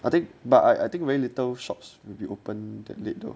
I think but I I think very little shops will be open late though